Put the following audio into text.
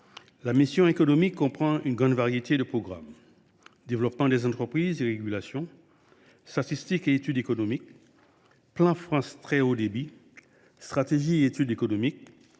la mission « Économie » comprend une grande variété de programmes :« Développement des entreprises et régulations »,« Statistiques et études économiques »,« Plan France Très haut débit »,« Statistiques et études économiques